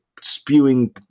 spewing